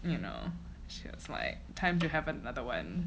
you know it's like time to have another one